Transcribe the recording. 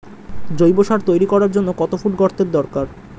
জৈব সার তৈরি করার জন্য কত ফুট গর্তের দরকার?